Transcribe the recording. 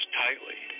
tightly